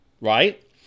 right